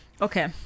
okay